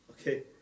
Okay